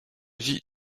vie